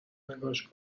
نگاش